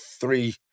three